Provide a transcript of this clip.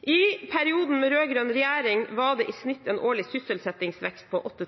I perioden med rød-grønn regjering var det i snitt en årlig sysselsettingsvekst på 8